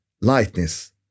lightness